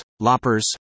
loppers